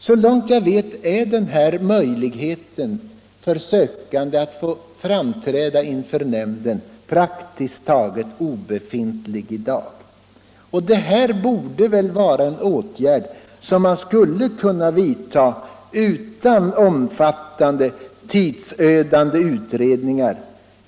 Så långt jag vet är denna möjlighet för sökande att få framträda inför nämnden praktiskt taget obefintlig i dag. Detta borde väl vara en åtgärd som skulle kunna vidtas utan omfattande, tidsödande utredningar?